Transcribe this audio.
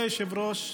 כבוד היושב-ראש,